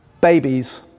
Babies